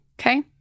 Okay